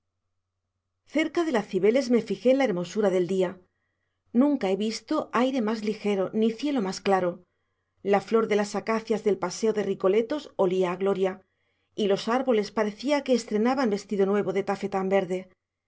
cerca de la cibeles me fijé en la hermosura del día nunca he visto aire más ligero ni cielo más claro la flor de las acacias del paseo de recoletos olía a gloria y los árboles parecía que estrenaban vestido nuevo de tafetán verde